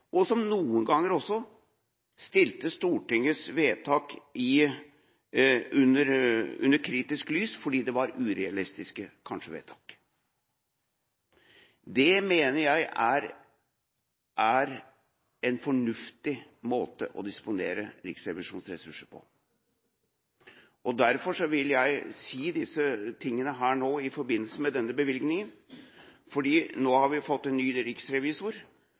og som noen ganger også stilte Stortingets vedtak under kritisk lys fordi det kanskje var urealistiske vedtak. Det mener jeg er en fornuftig måte å disponere Riksrevisjonens ressurser på, og derfor vil jeg si disse tingene nå, i forbindelse med denne bevilgninga, fordi vi nå har fått en ny riksrevisor.